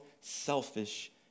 selfish